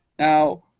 now,